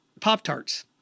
Pop-Tarts